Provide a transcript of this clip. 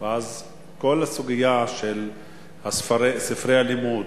ואז כל הסוגיה של ספרי הלימוד,